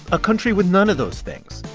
a country with none of those things.